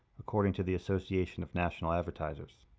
according to the association of national advertisers.